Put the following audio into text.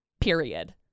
Period